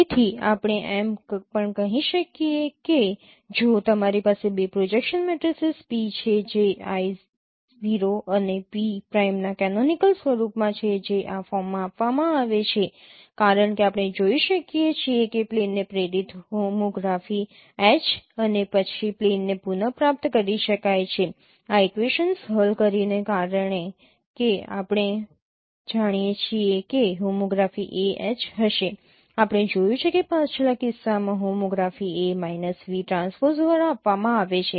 તેથી આપણે એમ પણ કહી શકીએ કે જો તમારી પાસે બે પ્રોજેક્શન મેટ્રિસીસ P છે જે I 0 અને P પ્રાઈમના કેનોનિકલ સ્વરૂપમાં છે જે આ ફોર્મમાં આપવામાં આવે છે કારણ કે આપણે જોઈ શકીએ છીએ કે પ્લેનને પ્રેરિત હોમોગ્રાફી H અને પછી પ્લેનને પુન પ્રાપ્ત કરી શકાય છે આ ઇક્વેશનસ હલ કરીને કારણ કે આપણે જાણીએ છીએ કે હોમોગ્રાફી ah હશે આપણે જોયું છે કે પાછલા કિસ્સામાં homography A minus v transpose દ્વારા આપવામાં આવે છે